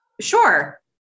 Sure